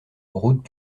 route